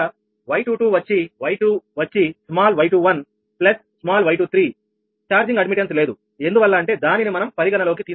అదేవిధంగా𝑌22 వచ్చి y2 వచ్చి small 𝑦21 plus small 𝑦23ఛార్జింగ్ అడ్మిట్టన్స్ లేదు ఎందువల్ల అంటే దానిని మనం పరిగణలోకి తీసుకోలేదు